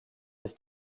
his